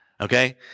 okay